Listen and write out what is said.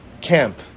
Camp